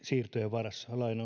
varassa